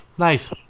Nice